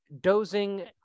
dozing